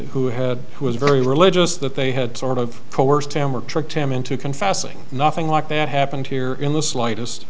who had who was very religious that they had sort of coerced him or tricked him into confessing nothing like that happened here in the slightest